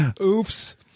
Oops